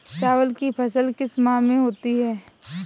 चावल की फसल किस माह में होती है?